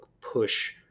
push